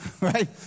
Right